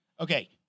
Okay